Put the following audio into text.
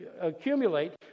accumulate